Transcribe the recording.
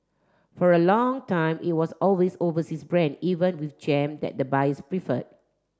for a long time it was always overseas brand even with jam that buyers preferred